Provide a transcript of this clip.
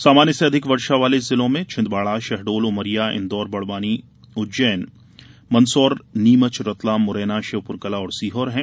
सामान्य से अधिक वर्षा जिले छिंदवाड़ा शहडोल उमरिया इंदौर बड़वानी उज्जैन मंदसौर नीमच रतलाम मुरैना श्योपुर कलां और सीहोर है